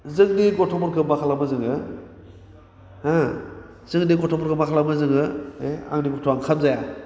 जोंनि गथ'फोरखौ मा खालामो जोङो हो जोंनि गथ'फोरखौ मा खालामो जोङो हो आंनि गथ'आ ओंखाम जाया